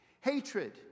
hatred